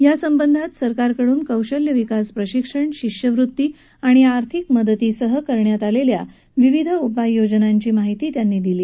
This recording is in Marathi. या संबधात सरकारकडून कौशल्यविकास प्रशिक्षण शिष्यवृत्ती आणि आर्थिक मदतीसह करण्यात आलेल्या विविध उपाययोजनाची त्यांनी माहिती दिली